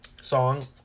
song